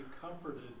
comforted